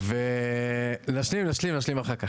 נשלים אחר כך.